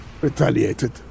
retaliated